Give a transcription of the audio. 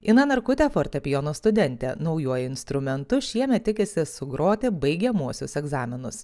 ina narkutė fortepijono studentė naujuoju instrumentu šiemet tikisi sugroti baigiamuosius egzaminus